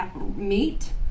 meat